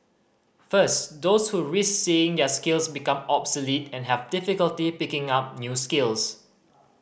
first those who risk seeing their skills become obsolete and have difficulty picking up new skills